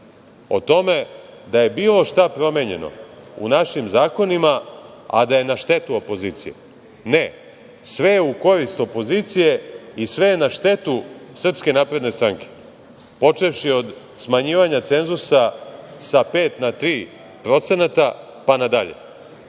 o tome da je bilo šta promenjeno u našim zakonima a da je na štetu opozicije. Ne. Sve je u korist opozicije i sve je na štetu SNS, počevši od smanjivanja cenzusa sa pet na tri procenata pa nadalje. Mi